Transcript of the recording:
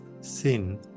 sin